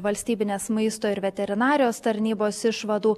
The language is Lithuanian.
valstybinės maisto ir veterinarijos tarnybos išvadų